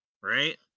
right